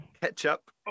Ketchup